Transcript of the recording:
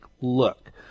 look